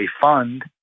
fund